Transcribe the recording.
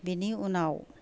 बेनि उनाव